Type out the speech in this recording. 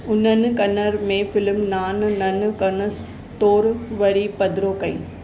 उन्हनि कन्नड़ में फिल्म नानु नन्न कनसु तौरु वरी पधिरो कई